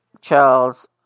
Charles